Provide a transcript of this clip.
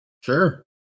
Sure